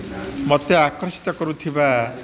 ମୋତେ ଆକର୍ଷିତ କରୁଥିବା